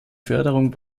förderung